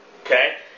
Okay